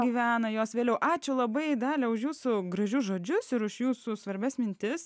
gyvena jos vėliau ačiū labai dalia už jūsų gražius žodžius ir už jūsų svarbias mintis